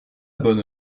bonne